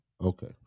Okay